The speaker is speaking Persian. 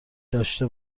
داشته